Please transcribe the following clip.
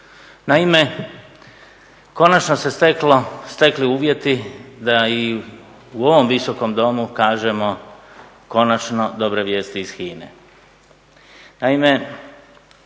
Naime, konačno su se stekli uvjeti da i u ovom Visokom domu kažemo konačno dobre vijesti iz HINA-e.